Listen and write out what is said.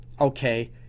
okay